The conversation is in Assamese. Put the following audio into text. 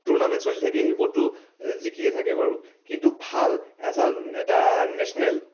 টুৰ্নামেণ্ট চলি থাকে সেইবোৰতটো জিকিয়েই থাকে বাৰু কিন্তু ভাল এটা এটা নেছনেল